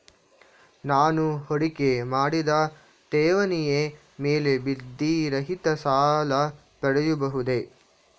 ನಾನು ಹೂಡಿಕೆ ಮಾಡಿದ ಠೇವಣಿಯ ಮೇಲೆ ಬಡ್ಡಿ ರಹಿತ ಸಾಲ ಪಡೆಯಬಹುದೇ?